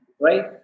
Right